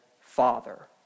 Father